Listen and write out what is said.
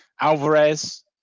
Alvarez